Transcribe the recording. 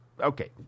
Okay